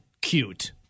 cute